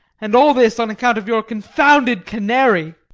and all this on account of your confounded canary!